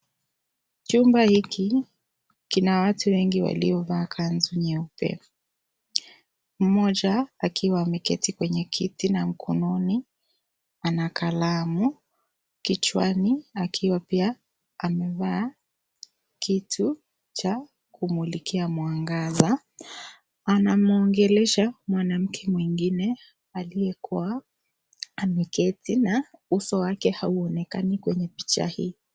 Chumba hiki kina watu wengi waliovaa kanzu nyeupe, mmoja akiwa ameketi kwenye kiti, na mkononi ana kalamu, kichwani akiwa pia amevaa kitu cha kumulikia mwangaza. Anamuongelesha mwanamke mwingine aliyekuwa ameketi, na uso wake hauonekani kwenye picha hii.